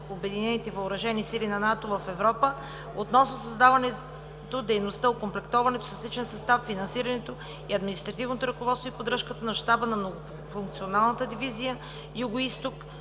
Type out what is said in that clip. Обединените въоръжени сили на НАТО в Европа относно създаването, дейността, окомплектоването с личен състав, финансирането, административното ръководство и поддръжката на Щаба на Многонационална дивизия „Югоизток“,